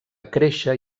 créixer